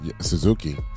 Suzuki